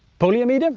polyamide, ah